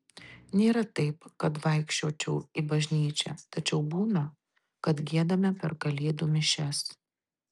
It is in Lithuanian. nėra taip kad vaikščiočiau į bažnyčią tačiau būna kad giedame per kalėdų mišias